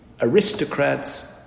aristocrats